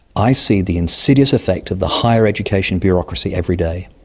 i see the insidious effect of the higher education bureaucracy every day.